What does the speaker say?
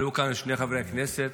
עלו כאן שני חברי הכנסת,